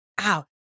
ow